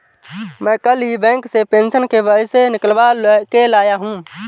मैं कल ही बैंक से पेंशन के पैसे निकलवा के लाया हूँ